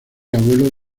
abuelo